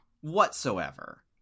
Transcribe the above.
whatsoever